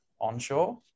onshore